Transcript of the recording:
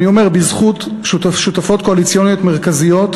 אני אומר, בזכות שותפות קואליציונית מרכזיות,